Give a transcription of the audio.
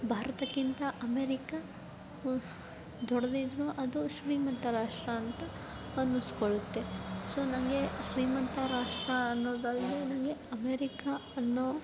ಭಾರತಕ್ಕಿಂತ America ದೊಡ್ಡದಿದ್ರು ಅದು ಶ್ರೀಮಂತ ರಾಷ್ಟ್ರ ಅಂತ ಅನ್ನಿಸ್ಕೊಳ್ಳುತ್ತೆ ಸೊ ನನಗೆ ಶ್ರೀಮಂತ ರಾಷ್ಟ್ರ ಅನ್ನೋದಲ್ಲದೇ ನನಗೆ ಅಮೇರಿಕಾ ಅನ್ನೋ